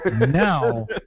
Now